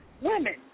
women